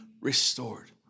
restored